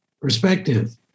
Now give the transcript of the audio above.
perspective